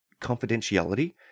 confidentiality